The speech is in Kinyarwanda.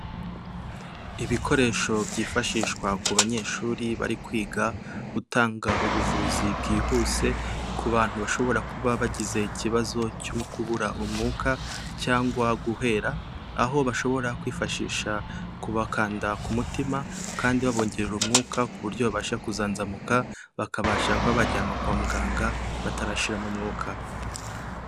Ibikoresho byifashishwa ku banyeshuri bari kwiga gutanga ubuvuzi bwihuse, ku bantu bashobora kuba bagize ikibazo cyo kubura umwuka cyangwa guhera, aho bashobora kwifashisha kubakanda ku mutima, kandi babongerera umwuka ku buryo babasha kuzanzamuka, bakabasha kuba bajyanwa kwa muganga batarashiramo umwuka.